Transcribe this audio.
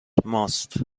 ماست